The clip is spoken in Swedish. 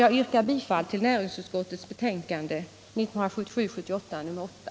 Jag yrkar bifall till näringsutskottets hemställan i betänkandet nr 8.